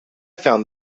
found